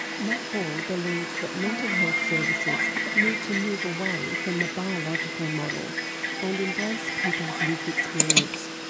matt ball believes that mental health services need to move away from the biological model and embrace people's lived experience.